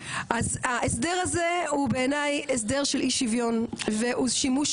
ההסדר הזה הוא בעיניי הסדר של אי שוויון והוא שימוש